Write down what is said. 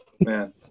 man